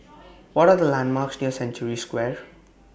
What Are The landmarks near Century Square